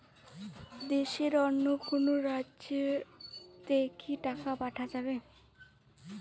দেশের অন্য কোনো রাজ্য তে কি টাকা পাঠা যাবে?